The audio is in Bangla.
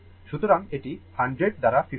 সুতরাং এটি 100 দ্বারা 50 হবে